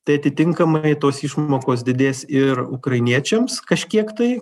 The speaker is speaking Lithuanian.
tai atitinkamai tos išmokos didės ir ukrainiečiams kažkiek tai